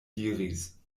diris